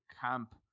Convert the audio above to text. camp